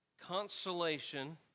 Consolation